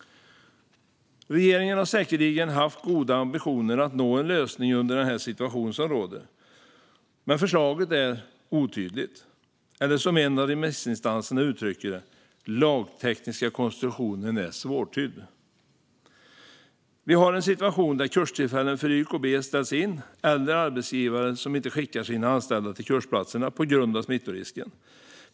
Regeringen har säkerligen haft goda ambitioner att nå en lösning på den situation som råder, men förslaget är otydligt. Som en av remissinstanserna uttrycker det: Den lagtekniska konstruktionen är svårtydd. Vi har en situation där kurstillfällen för YKB ställs in eller där arbetsgivare inte skickar sina anställda till kursplatserna på grund av smittorisken.